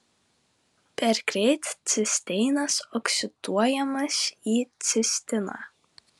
per greit cisteinas oksiduojamas į cistiną